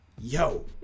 yo